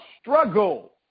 struggle